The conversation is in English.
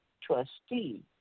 trustee